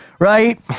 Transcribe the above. right